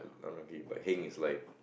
unlucky but heng is like